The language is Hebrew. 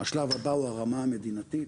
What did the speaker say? השלב הבא הוא הרמה המדינתית,